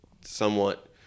somewhat